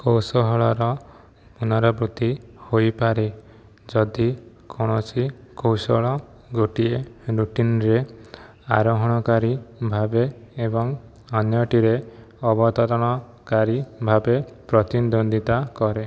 କୌଶଳର ପୁନରାବୃତ୍ତି ହୋଇପାରେ ଯଦି କୌଣସି କୌଶଳ ଗୋଟିଏ ରୁଟିନ୍ରେ ଆରୋହଣକାରୀ ଭାବେ ଏବଂ ଅନ୍ୟଟିରେ ଅବତରଣକାରୀ ଭାବେ ପ୍ରତିଦ୍ୱନ୍ଦ୍ୱିତା କରେ